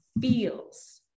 feels